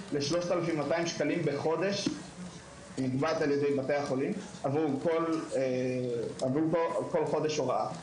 3,200-1,00 שקלים בחודש שנגבה על-ידי בתי החולים עבור כל חודש של הוראה.